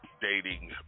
Dating